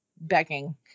begging